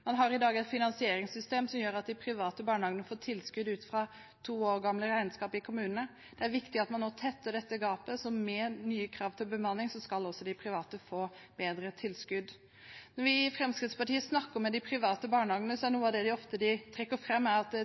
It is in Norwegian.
Man har i dag et finansieringssystem som gjør at de private barnehagene får tilskudd ut fra to år gamle regnskap i kommunene. Det er viktig at man nå tetter dette gapet. Med nye krav til bemanning skal også de private få bedre tilskudd. Når vi i Fremskrittspartiet snakker med de private barnehagene, er noe av det de ofte trekker fram, at tilskuddsordningen i Norge er